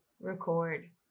record